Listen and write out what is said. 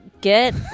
get